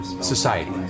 Society